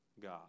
god